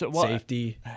safety